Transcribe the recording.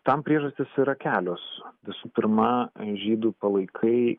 tam priežastys yra kelios visų pirma žydų palaikai